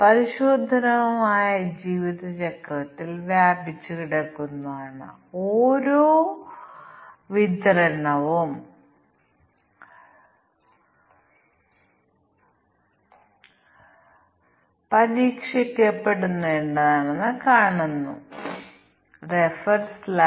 അത് പകുതിയിലധികം നിറഞ്ഞിട്ടില്ലെങ്കിൽ അത് ആഭ്യന്തര വിമാനമാണ് വ്യക്തമായും ഞങ്ങൾ സൌജന്യ ഭക്ഷണം നൽകുന്നില്ല ക്ഷമിക്കണം ഞങ്ങൾ ഭക്ഷണം വിളമ്പുന്നില്ല